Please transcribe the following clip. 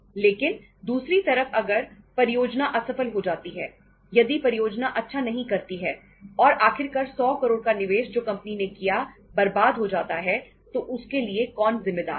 लेकिन दूसरी तरफ अगर परियोजना असफल हो जाती है यदि परियोजना अच्छा नहीं करती है और आखिरकर 100 करोड़ का निवेश जो कंपनी ने किया बर्बाद हो जाता है तो उसके लिए कौन जिम्मेदार है